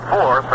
four